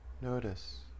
notice